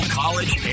college